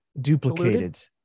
duplicated